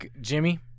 Jimmy